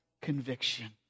conviction